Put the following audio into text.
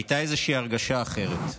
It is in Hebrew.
הייתה איזושהי הרגשה אחרת.